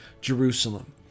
Jerusalem